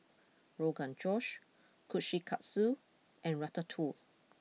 Rogan Josh Kushikatsu and Ratatouille